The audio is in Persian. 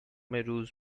روز